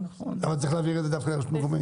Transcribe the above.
למה צריך להבהיר את זה דווקא לגבי רשות מקומית?